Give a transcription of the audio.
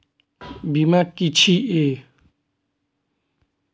बीमा की छी ये?